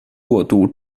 过渡